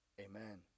amen